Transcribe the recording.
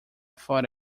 thought